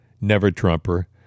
never-Trumper